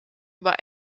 über